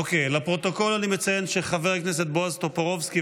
לפרוטוקול אני מציין שחבר הכנסת בועז טופורובסקי